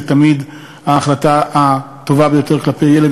זה תמיד ההחלטה הטובה ביותר כלפי ילד,